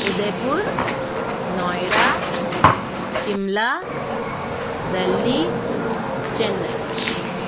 Udaipur Noida Shimla Delhi Chennai